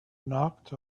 knocked